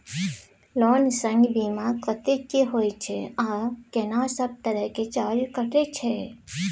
Loan संग बीमा कत्ते के होय छै आ केना सब तरह के चार्ज कटै छै?